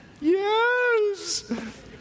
Yes